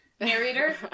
narrator